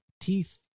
teeth